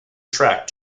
tracked